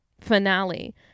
finale